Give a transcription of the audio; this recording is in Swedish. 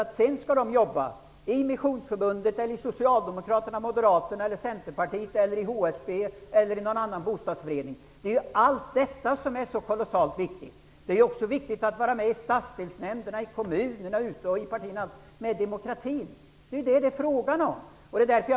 Sedan skall de arbeta i Missionsförbundet, inom Centerpartiet, i HSB eller någon annan bostadsförening. Allt detta är kolossalt viktigt. Det är också viktigt att kunna vara med i stadsdelsnämnderna, arbeta i kommunerna och partierna för demokratin. Det är detta frågan gäller.